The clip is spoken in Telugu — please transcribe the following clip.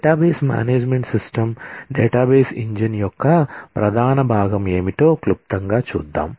డేటాబేస్ మేనేజ్మెంట్ సిస్టమ్ యొక్క ప్రధాన భాగం ఏమిటో క్లుప్తంగా చూద్దాం